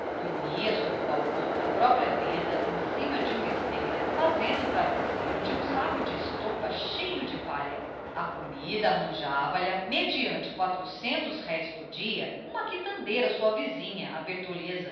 dormia sobre o balcão da própria venda em cima de uma esteira fazendo travesseiro de um saco de estopa cheio de palha a comida arranjava lha mediante quatrocentos réis por dia uma quitandeira sua vizinha a bertoleza